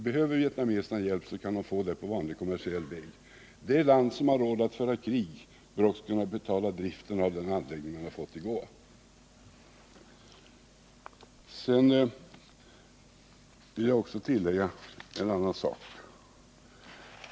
Behöver vietnameserna hjälp kan de få den på kommersiell väg. Det land som har råd att föra krig bör också kunna betala driften av den anläggning man har fått i gåva. Sedan vill jag tillägga en annan sak.